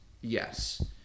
yes